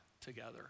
together